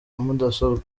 mudasobwa